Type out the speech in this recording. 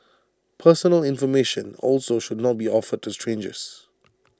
personal information also should not be offered to strangers